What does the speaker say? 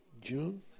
June